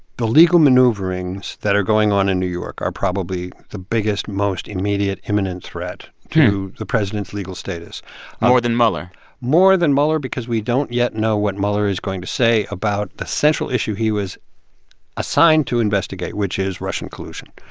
the legal maneuverings that are going on in new york are probably the biggest, most immediate, imminent threat to the president's legal status more than mueller more than mueller because we don't yet know what mueller is going to say about the central issue he was assigned to investigate, which is russian collusion.